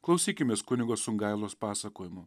klausykimės kunigo sungailos pasakojimų